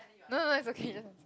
no no is okay just